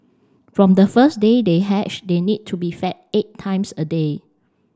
from the first day they hatch they need to be fed eight times a day